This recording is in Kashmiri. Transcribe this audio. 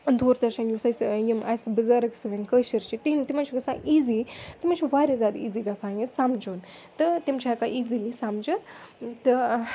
دوٗر درشَن یُس اَسہِ یِم اَسہِ بُزَرٕگ سٲنۍ کٲشِر چھِ تِہنٛد تِمَن چھِ گَژھان ایٖزی تِمَن چھُ وارِیاہ زیادٕ ایٖزی گَژھان یہِ سَمجُن تہٕ تِم چھِ ہٮ۪کان ایٖزِلی سَمجِتھ تہٕ